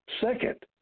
Second